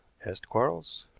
asked quarles.